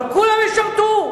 אבל כולם ישרתו,